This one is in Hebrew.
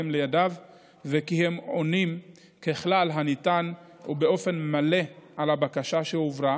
עונים באופן מלא ככל הניתן על הבקשה שהועברה,